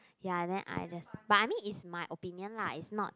ya then I just but I mean it's my opinion lah it's not